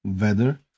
weather